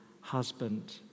husband